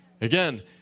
Again